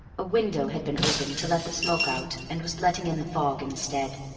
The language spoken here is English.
a window had been opened to let the smoke out, and was letting in the fog instead.